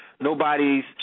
nobody's